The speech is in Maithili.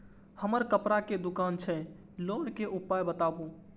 हमर कपड़ा के दुकान छै लोन के उपाय बताबू?